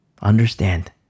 Understand